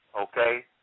okay